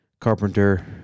Carpenter